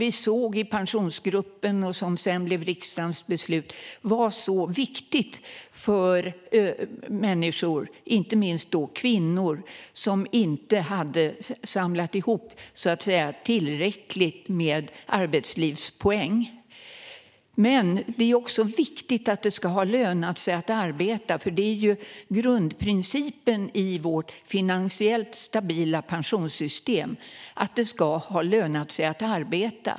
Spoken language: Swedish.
I Pensionsgruppen - det blev senare riksdagens beslut - såg vi att detta var så viktigt för de människor, inte minst kvinnor, som inte hade samlat ihop tillräckligt med arbetslivspoäng. Men det är också viktigt att det ska löna sig att ha arbetat. Det är grundprincipen i vårt finansiellt stabila pensionssystem.